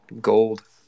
Gold